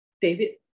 David